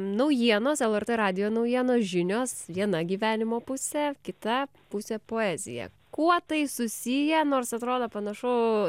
naujienos lrt radijo naujienos žinios viena gyvenimo pusė kita pusė poezija kuo tai susiję nors atrodo panašu